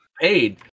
paid